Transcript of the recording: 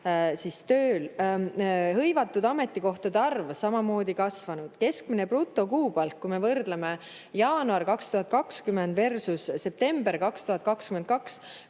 on tööl. Hõivatud ametikohtade arv on samamoodi kasvanud. Keskmine brutokuupalk, kui me võrdleme jaanuari 2020 ja septembrit 2022,